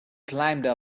climbed